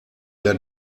der